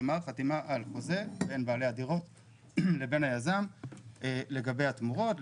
כלומר חתימה על חוזה בין בעלי הדיור לבין היזם לגבי התמורות,